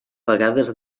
vegades